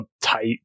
tight